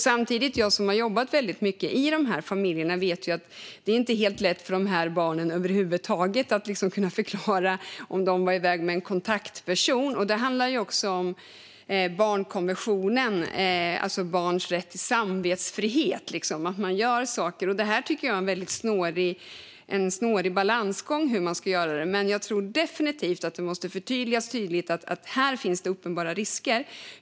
Samtidigt vet jag, som har jobbat väldigt mycket i dessa familjer, att det över huvud taget inte är helt lätt för de här barnen att förklara det hela om de har varit iväg med en kontaktperson. Det handlar också om barnkonventionen och barns rätt till samvetsfrihet. Hur man ska göra detta är en snårig balansgång, men jag tror definitivt att det måste förtydligas att det finns uppenbara risker här.